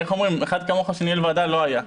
איך אומרים, אחד כמוך שניהל ועדה לא היה.